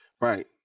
Right